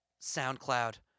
SoundCloud